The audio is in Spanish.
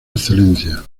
excelencia